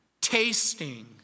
tasting